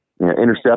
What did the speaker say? intercept